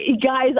Guys